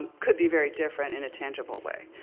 could be very different in a tangible way.